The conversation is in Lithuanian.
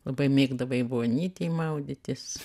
labai mėgdavai vonytėj maudytis